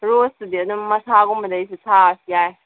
ꯔꯣꯁꯇꯨꯗꯤ ꯑꯗꯨꯝ ꯃꯁꯥꯒꯨꯝꯕꯗꯩꯁꯨ ꯊꯥꯔꯁꯨ ꯌꯥꯏ